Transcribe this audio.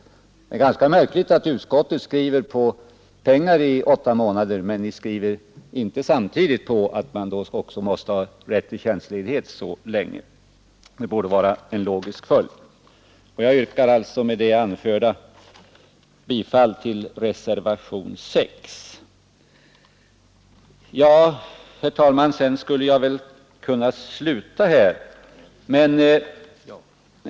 Det är ganska märkligt att utskottet skriver om åtta månaders ersättning men inte samtidigt skriver om rätten till tjänstledighet under motsvarande tid. Det borde vara en logisk följd. Med det anförda yrkar jag alltså bifall till reservationen 6. Herr talman!